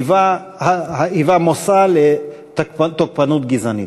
היה מושא לתוקפנות גזענית.